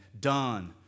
done